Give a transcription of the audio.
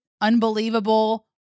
unbelievable